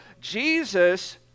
Jesus